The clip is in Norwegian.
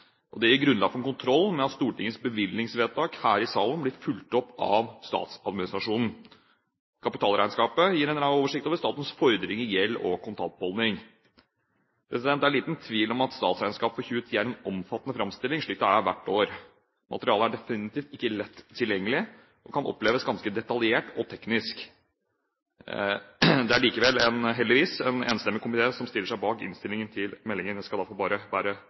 statsbudsjettet. Det gir grunnlag for kontroll med at Stortingets bevilgningsvedtak her i salen blir fulgt opp av statsadministrasjonen. Kapitalregnskapet gir en oversikt over statens fordringer, gjeld og kontantbeholdning. Det er liten tvil om at statsregnskapet for 2010 er en omfattende framstilling, slik det er hvert år. Materialet er definitivt ikke lett tilgjengelig, og kan oppleves som ganske detaljert og teknisk. Det er likevel, heldigvis, en enstemmig komité som stiller seg bak innstillingen til meldingen. Jeg skal derfor bare